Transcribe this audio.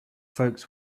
folks